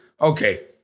okay